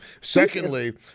Secondly